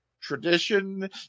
Tradition